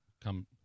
come